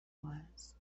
was